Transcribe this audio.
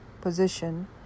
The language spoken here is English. position